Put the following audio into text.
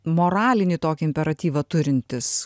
moralinį tokį imperatyvą turintys